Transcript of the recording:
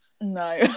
no